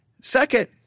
Second